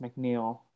McNeil